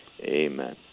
Amen